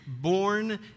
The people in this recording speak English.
born